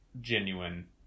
genuine